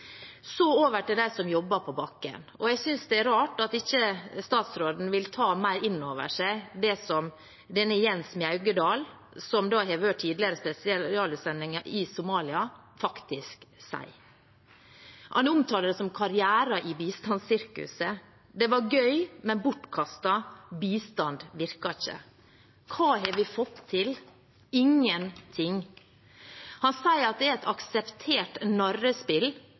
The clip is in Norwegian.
Så over til dem som jobber på bakken. Jeg synes det er rart at ikke statsråden vil ta mer inn over seg det som Jens Mjaugedal, som tidligere har vært spesialutsending i Somalia, sier. Han omtaler det som karrieren i «bistandssirkuset». Det var «Gøy, men bortkastet. Bistand virker ikke». «Hva har vi fått til? Ingenting.» Han sier at det er «et akseptert